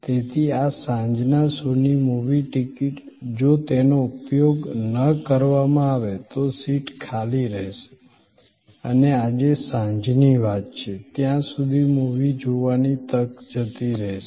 તેથી આ સાંજના શોની મૂવી ટિકિટ જો તેનો ઉપયોગ ન કરવામાં આવે તો તે સીટ ખાલી રહેશે અને આજે સાંજની વાત છે ત્યાં સુધી મૂવી જોવાની તક જતી રહેશે